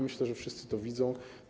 Myślę, że wszyscy to widzą.